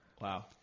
Wow